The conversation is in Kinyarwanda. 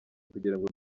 kugirango